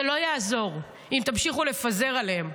זה לא יעזור אם תמשיכו לפזר עליהם.